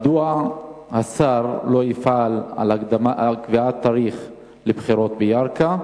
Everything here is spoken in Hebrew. מדוע לא יפעל השר לקביעת תאריך לבחירות בירכא?